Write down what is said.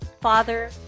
father